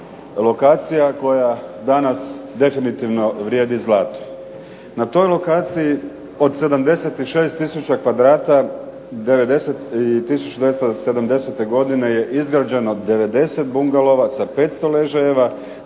lokacija koja danas definitivno vrijedi zlato. Na toj lokaciji od 76 tisuća kvadrata, 1970. godine je izgrađeno 90 bungalova sa 500 ležajeva